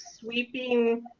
sweeping